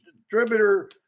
distributor